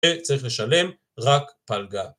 וצריך לשלם רק פלגה